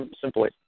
simply